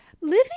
living